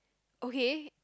okay